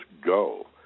go